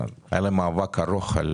היה להן מאבק ארוך על